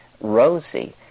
rosy